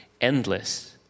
endless